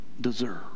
deserve